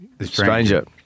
stranger